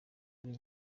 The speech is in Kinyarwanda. kuri